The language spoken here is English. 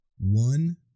one